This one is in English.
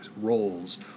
roles